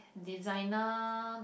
designer